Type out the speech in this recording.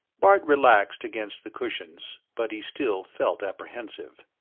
bart relaxed against the cushions, but he still felt apprehensive.